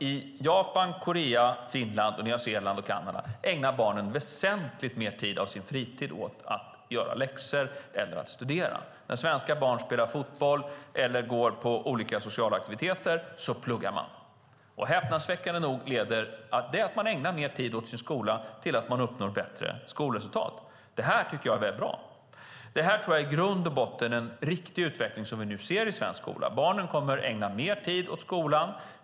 I Japan, Sydkorea, Finland, Nya Zeeland och Kanada ägnar barnen väsentligt mer tid av sin fritid åt att göra läxor eller studera. När svenska barn spelar fotboll eller går på olika sociala aktiviteter pluggar de barnen. Häpnadsväckande nog leder att de ägnar mer tid åt sin skola till att de uppnår bättre skolresultat. Det tycker jag är bra. Det är i grund och botten en riktig utveckling som vi nu ser i svensk skola. Barnen kommer att ägna mer tid åt skolan.